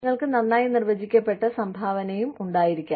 നിങ്ങൾക്ക് നന്നായി നിർവചിക്കപ്പെട്ട സംഭാവനയും ഉണ്ടായിരിക്കാം